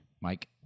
Mike